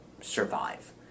survive